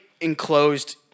enclosed